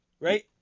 Right